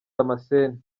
damascene